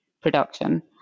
production